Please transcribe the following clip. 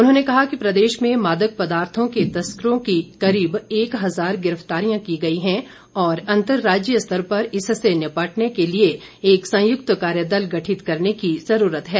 उन्होंने कहा कि प्रदेश में मादक पदार्थों के तस्करों की करीब एक हजार गिरफ्तारियां की गई हैं और अंतराज्यीय स्तर पर इससे निपटने के लिए एक संयुक्त कार्य दल गठित करने की जरूरत है